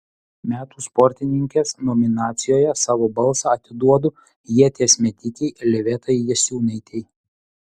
metų sportininkės nominacijoje savo balsą atiduodu ieties metikei livetai jasiūnaitei